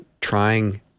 trying